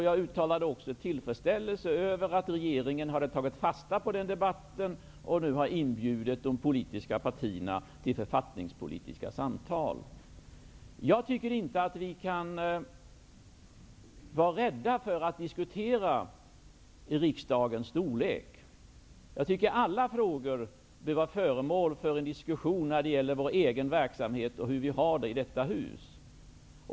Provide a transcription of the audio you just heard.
Jag uttalade också tillfredsställelse över att regeringen hade tagit fasta på den debatten och nu har inbjudit de politiska partierna till författningspolitiska samtal. Jag tycker inte att vi skall vara rädda för att diskutera riksdagens storlek. Jag tycker att alla frågor bör vara föremål för en diskussion när det gäller vår egen verksamhet och hur vi har det i detta hus.